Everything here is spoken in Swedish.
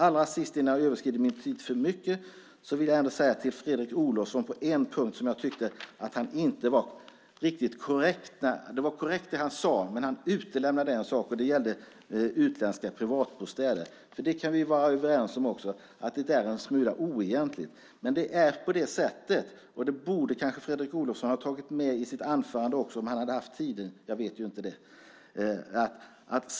Innan jag överskrider min talartid för mycket vill jag allra sist säga något till Fredrik Olovsson. Jag tyckte inte att han var riktigt korrekt på en punkt. Det var korrekt det han sade, men han utelämnade en sak. Det gällde utländska privatbostäder. Vi kan vara överens om att det är en smula oegentligt. Det borde Fredrik Olovsson också ha tagit med i sitt anförande om han haft tid. Jag vet inte om han hade det.